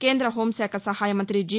కేంద్ర హోంశాఖ సహాయ మంత్రి జి